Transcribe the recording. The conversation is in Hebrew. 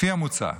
לפי המוצע,